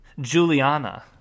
Juliana